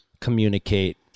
communicate